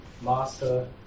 master